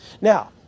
Now